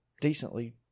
decently